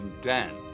Dan